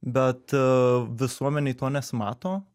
bet visuomenėj to nesimato